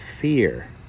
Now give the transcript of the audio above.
fear